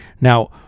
Now